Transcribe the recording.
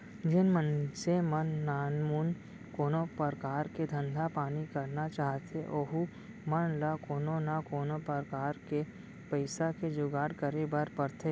जेन मनसे मन नानमुन कोनो परकार के धंधा पानी करना चाहथें ओहू मन ल कोनो न कोनो प्रकार ले पइसा के जुगाड़ करे बर परथे